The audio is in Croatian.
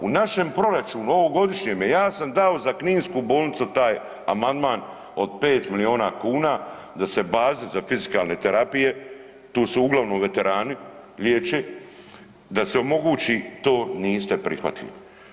U našem proračunu ovogodišnjem ja sam dao za kninsku bolnicu taj amandman od 5 miliona kuna da se baze za fizikalne terapije tu su uglavnom veterani liječe, da se omogući to niste prihvatili.